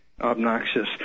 Obnoxious